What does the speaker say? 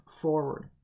forward